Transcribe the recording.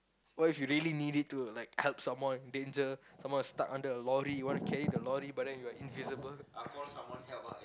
what if you really need it to like help someone danger someone stuck under a lorry you wanna carry the lorry but then you're invisible